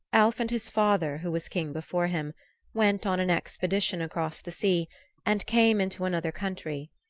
alv and his father who was king before him went on an expedition across the sea and came into another country.